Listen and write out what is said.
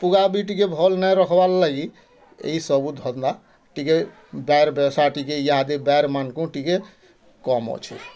ପୁଗା ବି ଟିକେ ଭଲ୍ ନାଇ ରଖ୍ବାର୍ ଲାଗି ଏଇ ସବୁ ଧନ୍ଦା ଟିକେ ଟିକେ ଇହାଦେ ମାନଙ୍କୁ ଟିକେ କମ୍ ଅଛେ